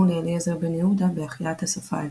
לאליעזר בן-יהודה בהחייאת השפה העברית.